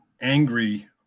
angry